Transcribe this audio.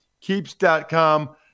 keeps.com